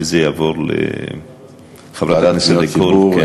שזה יעבור לוועדה, לוועדה לפניות הציבור.